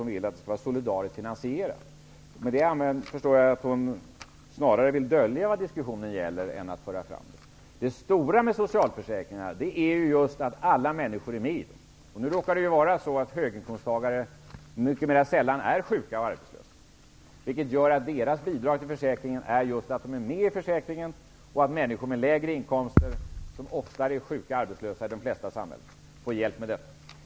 Hon vill att de skall vara solidariskt finansierade. Med det vill hon snarare dölja vad diskussionen gäller än att föra fram det. Det stora med socialförsäkringarna är just att alla människor är med i dem. Nu råkar det vara så att höginkomsttagare mera sällan är sjuka och arbetslösa. Det gör att deras bidrag till försäkringen är att de är med i försäkringen och att människor med lägre inkomster, som oftare är sjuka och arbetslösa i de flesta samhällen, får hjälp i det läget.